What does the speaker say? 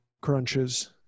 crunches